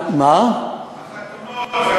חתונות,